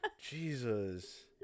Jesus